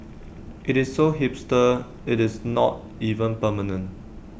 IT is so hipster IT is not even permanent